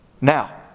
Now